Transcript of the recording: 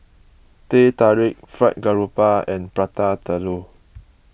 Teh Tarik Fried Garoupa and Prata Telur